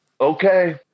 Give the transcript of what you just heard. okay